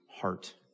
heart